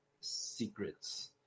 Secrets